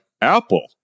apple